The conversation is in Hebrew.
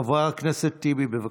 חבר הכנסת טיבי, בבקשה.